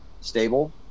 stable